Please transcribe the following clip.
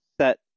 set